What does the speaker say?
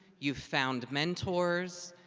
you've found mentors.